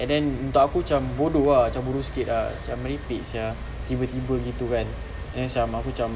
and then untuk aku cam bodoh ah macam bodoh sikit ah cam merepek sia tiba-tiba gitu kan then cam aku cam